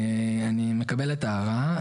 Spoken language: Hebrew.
אני מקבל את ההערה.